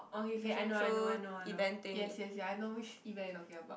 okay kay I know I know I know I know yes yes yes I know which event you talking about